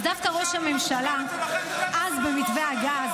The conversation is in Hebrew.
ראש הממשלה אז נלחם כדי להביא מתווה גז,